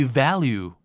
value